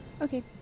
Okay